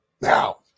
Now